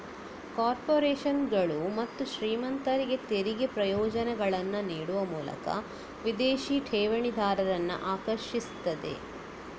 ಕಾರ್ಪೊರೇಷನುಗಳು ಮತ್ತು ಶ್ರೀಮಂತರಿಗೆ ತೆರಿಗೆ ಪ್ರಯೋಜನಗಳನ್ನ ನೀಡುವ ಮೂಲಕ ವಿದೇಶಿ ಠೇವಣಿದಾರರನ್ನ ಆಕರ್ಷಿಸ್ತದೆ